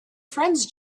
friends